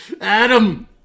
Adam